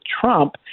Trump